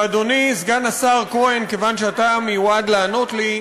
ואדוני סגן השר כהן, כיוון שאתה המיועד לענות לי,